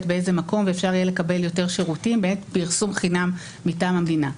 באיזה מקום ואפשר יהיה לקבל יותר שירותים בעת פרסום חינם מטעם המדינה.